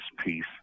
peace